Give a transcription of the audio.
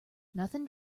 nothing